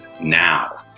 Now